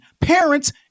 Parents